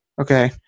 Okay